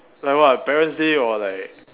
like what parents' day or like